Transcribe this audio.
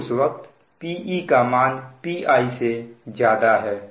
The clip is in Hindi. तो उस वक्त Pe का मान Piसे ज्यादा है